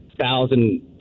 thousand